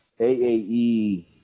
AAE